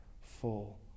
full